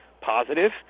positive